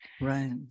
right